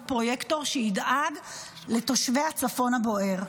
פרויקטור שידאג לתושבי הצפון הבוער,